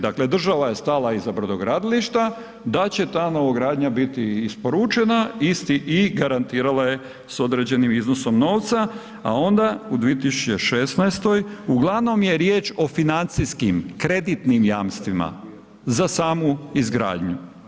Dakle država je stala iza brodogradilišta da će ta novogradnja biti isporučena i garantirala je s određenim iznosom novca, a onda u 2016. uglavnom je riječ o financijskim kreditnim jamstvima za samu izgradnju.